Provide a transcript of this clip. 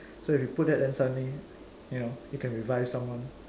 so if you put that then suddenly you know you can revive someone